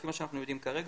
לפי מה שאנחנו יודעים כרגע,